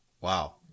Wow